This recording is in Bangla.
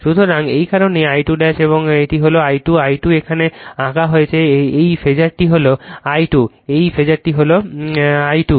সুতরাং এই কারণেই এটি I2 এবং এটি হল I2 I2 এখানে আঁকা হয়েছে এই ফেজারটি হল I2 এই ফাসারটি হল I2